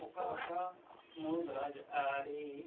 ᱚᱠᱟ ᱚᱠᱟ ᱢᱩᱲᱩᱫ ᱨᱟᱡᱽ ᱟᱹᱨᱤ